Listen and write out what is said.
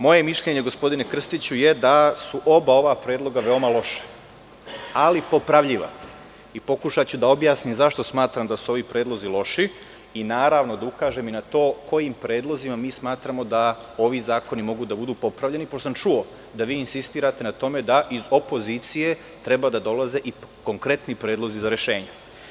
Moje mišljenje, gospodine Krstiću, je da su oba predloga zakona veoma loša, ali popravljiva i pokušaću da objasnim zašto smatram da su ovi predlozi loši i da ukažem na to kojim predlozima mi smatramo da ovi zakoni mogu da budu popravljeni, pošto sam čuo da vi insistirate na tome da iz opozicije treba da dolaze konkretni predlozi za rešenja.